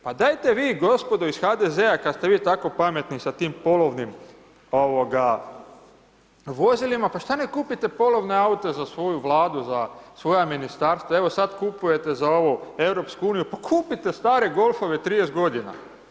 Pa dajte vi gospodo iz HDZ-a kad ste vi tako pametni sa tim polovnim ovoga vozilima pa šta ne kupite polovne aute za svoju Vladu, za svoja ministarstva evo sad kupujete za ovu EU pa kupite stare golfove 30 godina.